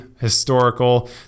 historical